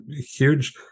huge